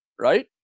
Right